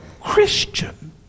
Christian